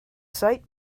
site